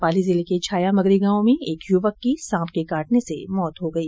पाली जिले के छाया मगरी गांव में एक युवक की सांप के काटने से मौत हो गई